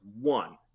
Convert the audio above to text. One